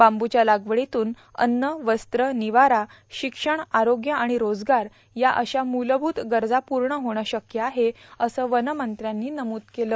बांबूच्या लागवडीतून अन्न वस्त्र र्निवारा र्शक्षण आरोग्य र्आण रोजगार या अशा मूलभूत गरजा पूण होणं शक्य आहे असं वनमंत्र्यांनी नमूद केलं